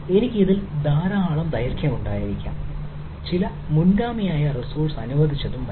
എനിക്ക് ഇതിൽ ധാരാളം ദൈർഘ്യം ഉണ്ടായിരിക്കാം ചില മുൻഗാമിയായ റിസോഴ്സ് അനുവദിച്ചതും മറ്റും